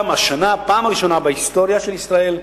השנה, בפעם הראשונה בהיסטוריה של ישראל,